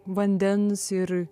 vandens ir